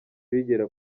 bigera